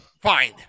Fine